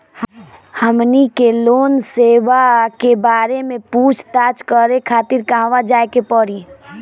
हमनी के लोन सेबा के बारे में पूछताछ करे खातिर कहवा जाए के पड़ी?